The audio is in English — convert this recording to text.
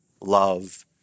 love